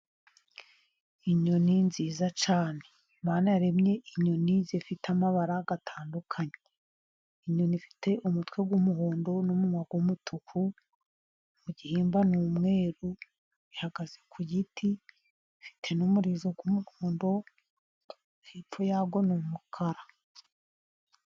Inyoni nziza cyane. Imanana yaremye inyoni zifite amabara atandukanye, inyoni ifite umutwe w'umuhondo n'umunwa w'umutuku, mu gihimba ni umweru, ihagaze ku giti, ifite n'umurizo w'umuhodo, hepfo ya wo ni umukara.